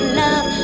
love